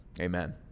Amen